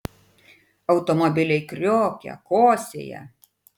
automobiliai kriokia kosėja